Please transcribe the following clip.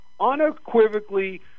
Unequivocally